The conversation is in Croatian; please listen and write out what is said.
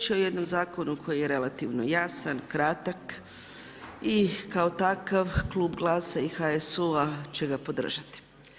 Riječ je o jednom zakonu koji je relativno jasan, kratak i kao takav Klub GLAS-a i HSU-a će ga podržati.